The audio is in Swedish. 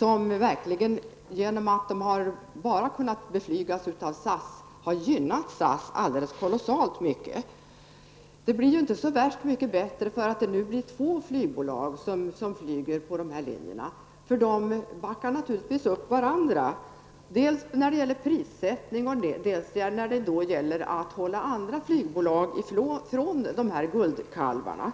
och genom att de enbart har kunnat flygas av SAS har det gynnat SAS alldeles kolossalt mycket. Det blir inte så värst mycket bättre för att de nu blir två flygbolag som flyger på dessa linjer. De backar naturligtvis upp varandra dels när det gäller prissättning, dels för att hålla andra flygbolag från dessa guldkalvar.